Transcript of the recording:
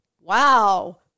wow